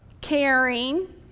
caring